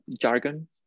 jargon